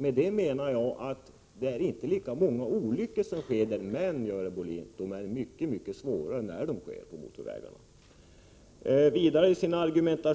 Med detta menar jag att det inte sker lika många olyckor på motorvägarna, men att de olyckor som inträffar där är mycket